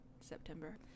september